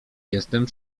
jestem